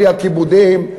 בלי הכיבודים,